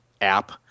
app